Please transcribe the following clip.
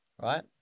Right